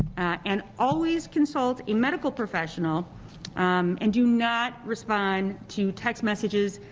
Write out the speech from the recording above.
and always consult a medical professional um and do not respond to text messages,